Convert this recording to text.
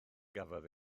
gafodd